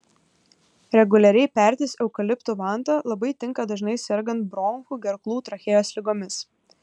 reguliariai pertis eukaliptų vanta labai tinka dažnai sergant bronchų gerklų trachėjos ligomis